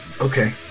Okay